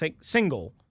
Single